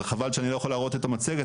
חבל שאני לא יכול להראות את המצגת,